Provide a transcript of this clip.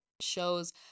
shows